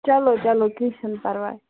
چلو چلو کیٚنٛہہ چھُنہٕ پرواے